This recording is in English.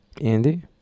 Andy